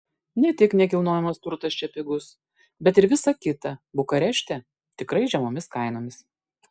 ne tik nekilnojamas turtas čia pigus bet ir visa kita bukarešte tikrai žemomis kainomis